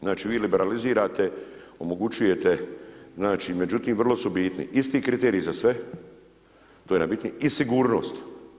Znači vi liberalizirate, omogućujete, međutim vrlo su bitni isti kriteriji za sve, to je najbitnije i sigurnost.